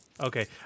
Okay